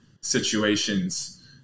situations